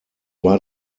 war